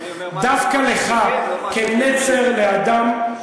דווקא לך, כנצר לאדם,